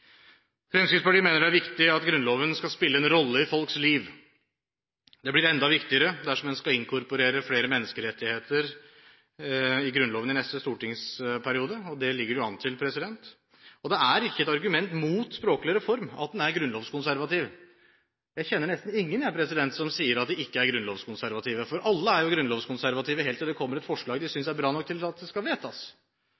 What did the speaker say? Fremskrittspartiet mener det er viktig at Grunnloven skal spille en rolle i folks liv. Det blir enda viktigere dersom en skal inkorporere flere menneskerettigheter i Grunnloven i neste stortingsperiode, og det ligger det jo an til. Det er ikke et argument mot språklig reform at en er grunnlovskonservativ. Jeg kjenner nesten ingen som sier at de ikke er grunnlovskonservative, for alle er jo grunnlovskonservative helt til det kommer et forslag de